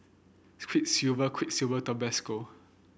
Quiksilver Quiksilver Tabasco